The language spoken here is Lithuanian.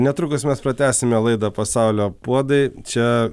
netrukus mes pratęsime laidą pasaulio puodai čia